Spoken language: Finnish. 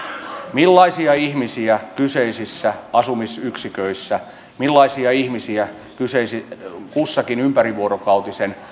millaisia ihmisiä kyseisissä asumisyksiköissä millaisia ihmisiä kussakin ympärivuorokautisen